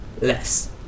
less